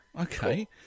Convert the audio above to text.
Okay